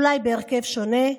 אולי בהרכב שונה,